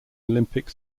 olympic